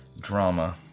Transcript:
drama